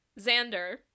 Xander